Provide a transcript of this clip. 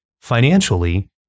financially